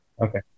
Okay